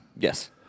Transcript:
Yes